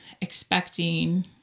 expecting